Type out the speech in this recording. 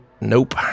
Nope